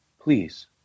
please